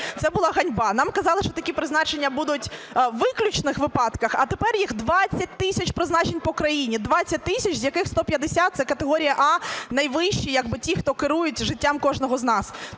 це була ганьба. Нам казали, що такі призначення будуть у виключних випадках, а тепер їх 20 тисяч призначень по країні. 20 тисяч, з яких 150 – це категорія "А", найвищі, як би ті, хто керують життям кожного з нас.